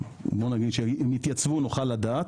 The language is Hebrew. כשהם יתייצבו נוכל לדעת.